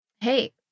Hey